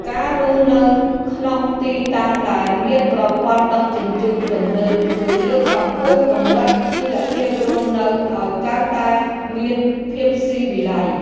ការរស់នៅក្នុងទីតាំងដែលមានប្រព័ន្ធដឹកជញ្ជូនទំនើបជួយលើកកម្ពស់កម្រិតជីវភាពរស់នៅឱ្យកាន់តែមានភាពស៊ីវិល័យ។